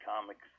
comics